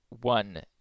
one